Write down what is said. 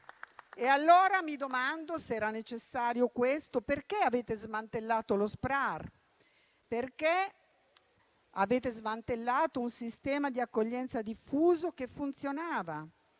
E allora mi domando, se era necessario questo, perché avete smantellato lo SPRAR? Perché avete smantellato un sistema di accoglienza diffuso che funzionava?